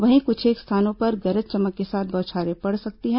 वहीं कुछेक स्थानों पर गरज चमक के साथ बौछारें पड़ सकती हैं